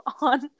on